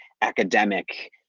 academic